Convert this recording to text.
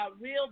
real